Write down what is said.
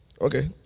Okay